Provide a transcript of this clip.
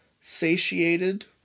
satiated